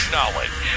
Knowledge